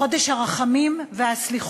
חודש הרחמים והסליחות,